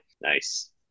Nice